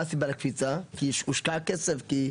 מה הסיבה לקפיצה, כי הושקע כסף?